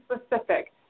specific